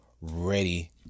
ready